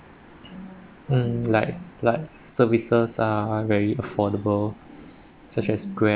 mm like like services are very affordable such as Grab